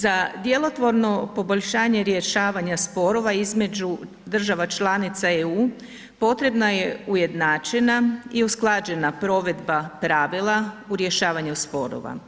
Za djelotvorno poboljšanje rješavanja sporova između država članica EU potrebna je ujednačena i usklađena provedba pravila u rješavanju sporova.